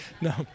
No